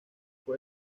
fue